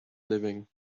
living